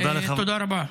תודה רבה.